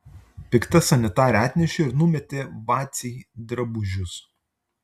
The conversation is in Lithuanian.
pikta sanitarė atnešė ir numetė vacei drabužius